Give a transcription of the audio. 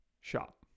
shop